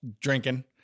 drinking